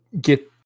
get